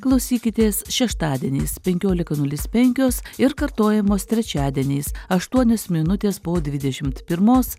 klausykitės šeštadieniais penkiolika nulis penkios ir kartojamos trečiadieniais aštuonios minutės po dvidešimt pirmos